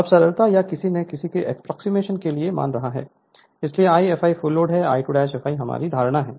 अब सरलता या किसी न किसी एप्रोक्सीमेशन के लिए मान रहा है इसलिए I fl full load I2 fl हमारी धारणा है